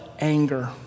anger